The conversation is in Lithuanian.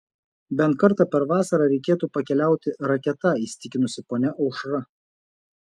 bent kartą per vasarą reikėtų pakeliauti raketa įsitikinusi ponia aušra